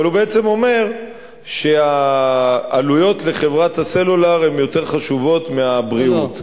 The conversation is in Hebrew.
אבל הוא בעצם אומר שהעלויות לחברת הסלולר הן יותר חשובות מהבריאות.